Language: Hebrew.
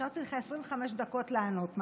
השארתי לך 25 שניות לענות.